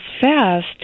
fast